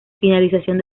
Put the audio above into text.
finalización